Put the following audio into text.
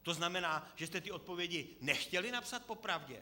To znamená, že jste ty odpovědi nechtěli napsat popravdě?